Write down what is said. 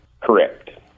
Correct